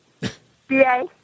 B-A